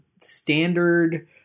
standard